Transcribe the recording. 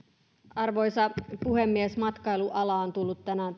arvoisa puhemies matkailuala on tullut tänään